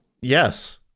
yes